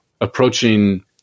approaching